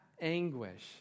anguish